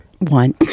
one